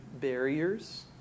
barriers